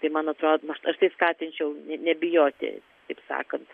tai man atrodo aš tai skatinčiau nebijoti taip sakant